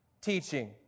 teaching